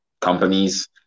companies